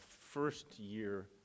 first-year